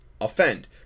offend